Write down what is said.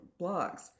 blogs